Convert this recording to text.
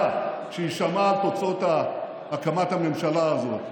ושמחה כשהיא שמעה על תוצאות הקמת הממשלה הזאת,